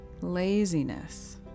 laziness